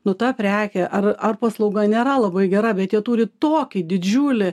nu ta prekė ar ar paslauga nėra labai gera bet jie turi tokį didžiulį